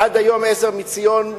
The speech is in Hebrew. עד היום "עזר מציון",